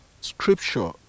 scripture